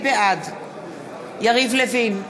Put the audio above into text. בעד יריב לוין,